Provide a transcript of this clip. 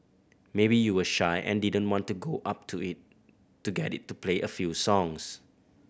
maybe you were shy and didn't want to go up to it to get it to play a few songs